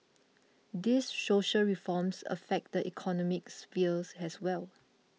these social reforms affect the economic spheres as well